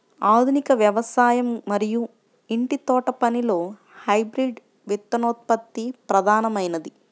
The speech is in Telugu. ఆధునిక వ్యవసాయం మరియు ఇంటి తోటపనిలో హైబ్రిడ్ విత్తనోత్పత్తి ప్రధానమైనది